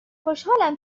خوشحالم